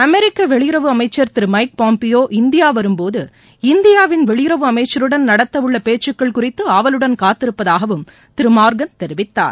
அமெரிக்க வெளியுறவு அமைச்சர் திரு மைக் பாம்பியோ இந்தியா வரும்போது இந்தியாவின் வெளியுறவு அளமச்சருடன் நடத்த உள்ள பேச்சுக்கள் குறித்து ஆவலுடன் காத்திருப்பதாகவும் திரு மார்கள் தெரிவித்தார்